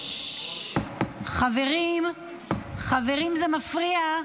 חברים, זה מפריע.